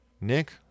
Nick